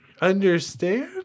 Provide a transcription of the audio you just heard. understand